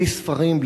בלי ספרים,